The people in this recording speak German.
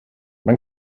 man